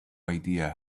idea